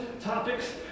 topics